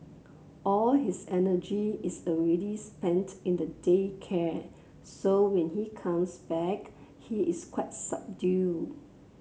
all his energy is already spent in the day care so when he comes back he is quite subdued